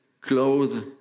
clothes